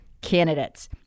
candidates